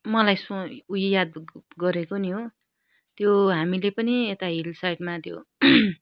मलाई सो उयो याद गरेको नि हो त्यो हामीले पनि यता हिल साइडमा त्यो